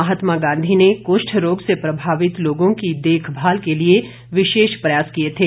महात्मा गांधी ने कुष्ठ रोग से प्रभावित लोगों की देखभाल के लिए भी विशेष प्रयास किए थे